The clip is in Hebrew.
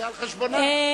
זה על חשבונה, אין.